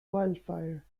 wildfire